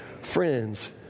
friends